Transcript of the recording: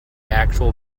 actual